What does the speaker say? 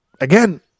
again